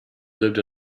lived